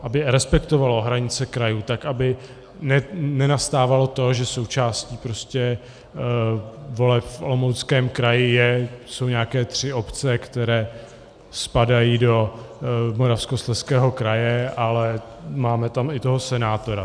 Aby respektovalo hranice krajů tak, aby nenastávalo to, že součástí voleb v Olomouckém kraji jsou nějaké tři obce, které spadají do Moravskoslezského kraje, ale máme tam i toho senátora.